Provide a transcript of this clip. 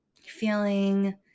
feeling –